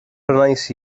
prynais